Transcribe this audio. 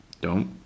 Don't